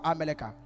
America